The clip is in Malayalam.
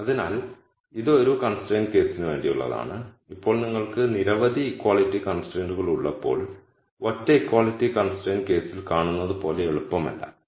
അതിനാൽ ഇത് ഒരു കൺസ്ട്രൈന്റ് കേസിന് വേണ്ടിയുള്ളതാണ് ഇപ്പോൾ നിങ്ങൾക്ക് നിരവധി ഇക്വാളിറ്റി കൺസ്ട്രെന്റുകൾ ഉള്ളപ്പോൾ ഒറ്റ ഇക്വാളിറ്റി കൺസ്ട്രെന്റ കേസിൽ കാണുന്നത് പോലെ എളുപ്പമല്ല